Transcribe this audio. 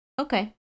Okay